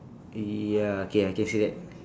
ya okay I can see that